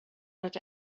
that